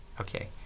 Okay